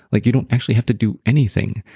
like you don't actually have to do anything.